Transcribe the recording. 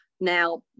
Now